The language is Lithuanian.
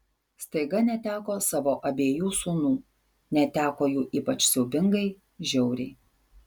staiga neteko savo abiejų sūnų neteko jų ypač siaubingai žiauriai